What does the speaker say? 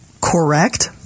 correct